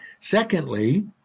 Secondly